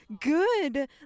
good